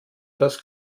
das